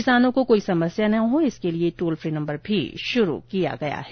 किसानों को कोई समस्या न हो इसके लिए टोल फ्री नम्बर भी शुरू किया गया है